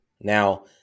Now